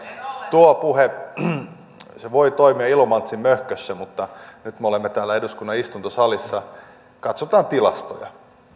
tuo puhe voi toimia ilomantsin möhkössä mutta nyt me olemme täällä eduskunnan istuntosalissa ja katsotaan tilastoja